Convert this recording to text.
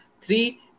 Three